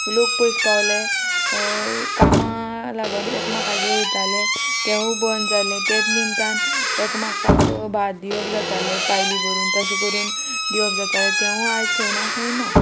लोक पयस पावले कामा लागोन एकमेकागे वयताले तेवू बंद जाले तेत निमतान एकमेकाक भात दिवप जातालें पायली भरून तशें करून दिवप जातालें तेवूय आयज खंय ना खंय ना